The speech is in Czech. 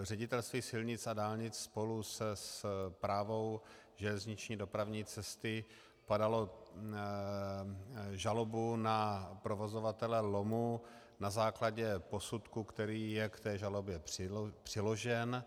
Ředitelství silnic a dálnic spolu se Správou železniční dopravní cesty podalo žalobu na provozovatele lomu na základě posudku, který je k žalobě přiložen.